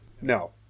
no